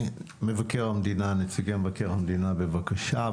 נציגי מבקר המדינה, בבקשה.